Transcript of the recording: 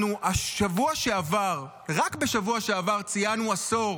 אנחנו רק בשבוע שעבר ציינו עשור